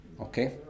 Okay